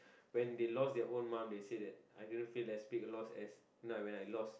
when they loss their own mom they say that I didn't feel as big loss as when I loss